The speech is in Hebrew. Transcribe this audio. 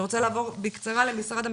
אני רוצה לחזור למשרד המשפטים,